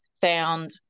found